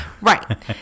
Right